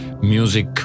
music